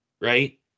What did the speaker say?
Right